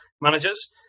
managers